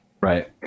Right